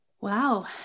Wow